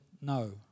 no